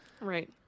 Right